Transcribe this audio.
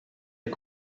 est